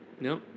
no